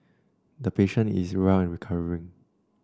the patient is well and recovering